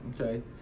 Okay